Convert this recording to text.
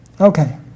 Okay